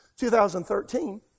2013